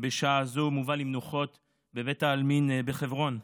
בשעה זו מובא למנוחות בבית העלמין בחברון.